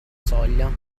soglia